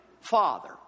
father